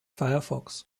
firefox